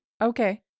Okay